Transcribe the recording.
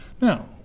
Now